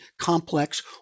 complex